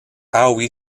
howe